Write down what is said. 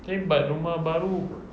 eh but rumah baru